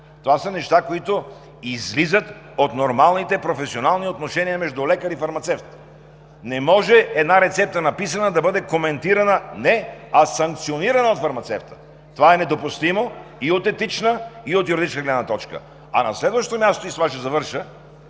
Това са неща, които излизат от нормалните професионални отношения между лекар и фармацевт. Не може една написана рецепта да бъде коментирана – не, а санкционирана от фармацевта. Това е недопустимо и от етична, и от юридическа гледна точка. А на следващо място, и с това ще завърша,